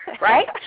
right